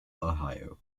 ohio